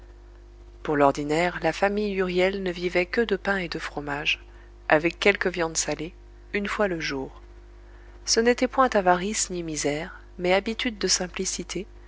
pour l'ordinaire la famille huriel ne vivait que de pain et de fromage avec quelques viandes salées une fois le jour ce n'était point avarice ni misère mais habitude de simplicité